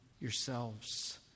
yourselves